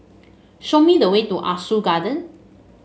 show me the way to Ah Soo Garden